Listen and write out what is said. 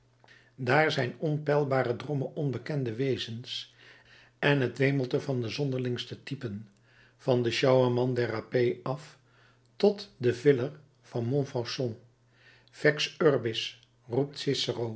daar zijn onpeilbare drommen onbekende wezens en t wemelt er van de zonderlingste typen van den sjouwerman der rapée af tot den viller van montfaucon fex urbis roept